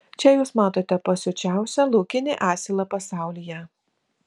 čia jūs matote pasiučiausią laukinį asilą pasaulyje